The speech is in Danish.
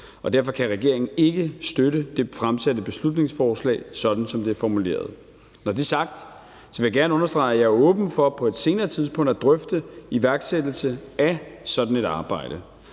derfor kan regeringen ikke støtte det fremsatte beslutningsforslag, sådan som det er formuleret. Når det er sagt, vil jeg gerne understrege, at jeg er åben for på et senere tidspunkt at drøfte iværksættelse af sådan et arbejde.